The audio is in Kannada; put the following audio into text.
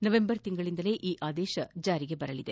ನವೆಂಬರ್ ತಿಂಗಳನಿಂದಲೇ ಈ ಆದೇಶವು ಜಾರಿಗೆ ಬರಲಿದೆ